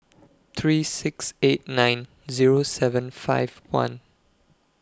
three six eight nine Zero seven five one